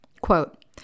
quote